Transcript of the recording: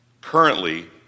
Currently